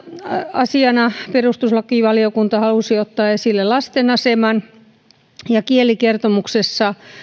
asiana perustuslakivaliokunta halusi ottaa esille lasten aseman kielikertomuksessa